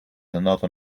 another